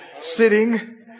sitting